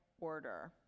order